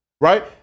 Right